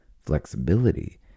Flexibility